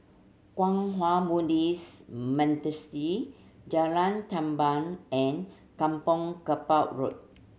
Kwang Hua Buddhist Monastery Jalan Tamban and Kampong Kapor Road